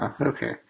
Okay